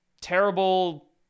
terrible